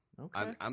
Okay